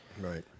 Right